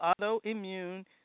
autoimmune